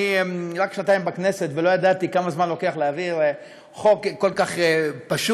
אני רק שנתיים בכנסת ולא ידעתי כמה זמן לוקח להעביר חוק כל כך פשוט,